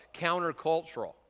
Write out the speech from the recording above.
countercultural